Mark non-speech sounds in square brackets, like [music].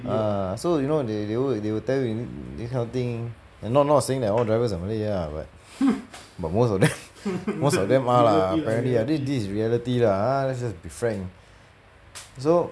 ah so you know they they will they will tell you this kind of thing not not saying that all drivers are malay ah but but most of them [laughs] most of them are lah apparently this this reality lah ah let's just be frank so